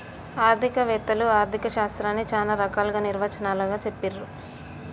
ఆర్థిక వేత్తలు ఆర్ధిక శాస్త్రాన్ని చానా రకాల నిర్వచనాలతో చెప్పిర్రు